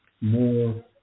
more